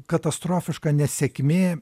katastrofiška nesėkmė